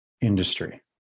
industry